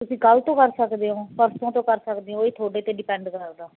ਤੁਸੀਂ ਕੱਲ੍ਹ ਤੋਂ ਕਰ ਸਕਦੇ ਹੋ ਪਰਸੋਂ ਤੋਂ ਕਰ ਸਕਦੇ ਹੋ ਇਹ ਤੁਹਾਡੇ 'ਤੇ ਡਿਪੈਂਡ ਕਰਦਾ